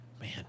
Man